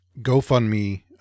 GoFundMe